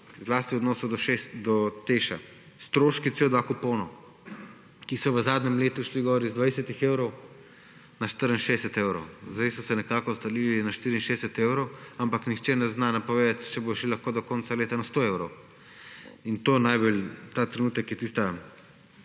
zlasti v odnosu do TEŠ stroški CO2 kuponov, ki so se v zadnjem letu povečali z 20 evrov na 64 evrov. Sedaj so se nekako ustalili na 64 evrov, ampak nihče ne zna napovedati, če bodo šli lahko do konca leta na 100 evrov. In to je ta trenutek tista